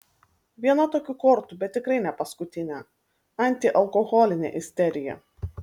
viena tokių kortų bet tikrai ne paskutinė antialkoholinė isterija